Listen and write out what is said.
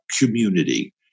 community